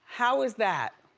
how is that?